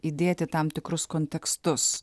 įdėti tam tikrus kontekstus